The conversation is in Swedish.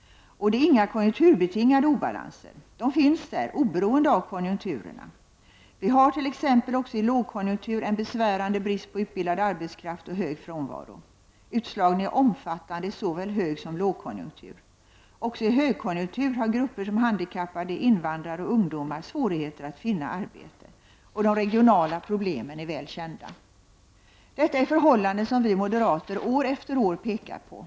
Och det är inga konjunkturbetingade obalanser. De finns där oberoende av konjunkturerna. Vi har t.ex. också i lågkonjunktur en besvärande brist på utbildad arbetskraft och hög frånvaro. Utslagningen är omfattande i såväl högsom lågkonjunktur. Också i högkonjunktur har grupper som handikappade, invandrare och ungdomar svårigheter att finna arbete. Och de regionala problemen är väl kända. Detta är förhållanden som vi moderater år efter år pekat på.